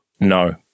no